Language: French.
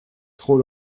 trop